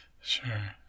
Sure